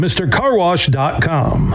MrCarWash.com